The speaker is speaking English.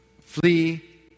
Flee